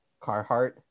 Carhartt